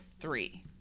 three